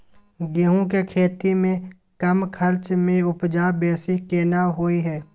गेहूं के खेती में कम खर्च में उपजा बेसी केना होय है?